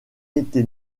été